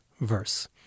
verse